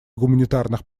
гуманитарных